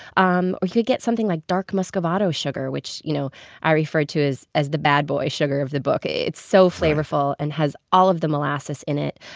um or you could get something like dark muscovado sugar, which you know i refer to as as the bad boy sugar of the book. it's so flavorful and has all of the molasses in it.